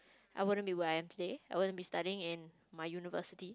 I wouldn't be where I am today I wouldn't be studying in my university